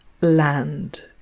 Land